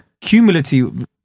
cumulatively